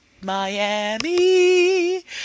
Miami